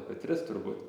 apie tris turbūt